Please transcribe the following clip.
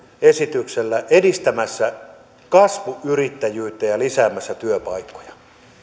esityksellä edistämässä kasvuyrittäjyyttä ja lisäämässä työpaikkoja